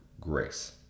grace